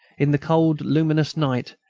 in the cold, luminous night,